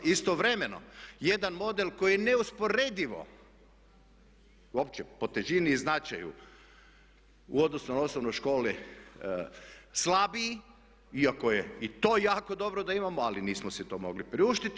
Istovremeno jedan model koji je neusporedivo uopće po težini i značaju u odnosu na osnovnu školu slabiji, iako je i to jako dobro da imamo ali nismo si to mogli priuštiti.